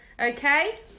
Okay